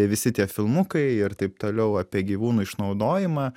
visi tie filmukai ir taip toliau apie gyvūnų išnaudojimą